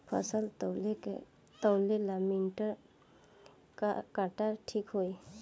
फसल तौले ला मिटर काटा ठिक होही?